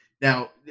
Now